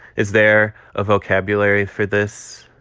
is there a vocabulary for this